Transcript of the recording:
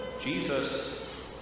Jesus